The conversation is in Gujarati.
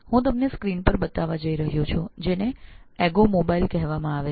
હું તમને સ્ક્રીન પર બતાવવા જઇ રહ્યો છું જેને Eggomobile એગોમોબાઈલ કહેવામાં આવે છે